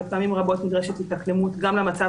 ופעמים רבות נדרשת התאקלמות גם למצב